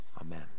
Amen